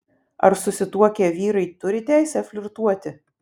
ar susituokę vyrai turi teisę flirtuoti